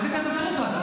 איזו קטסטרופה?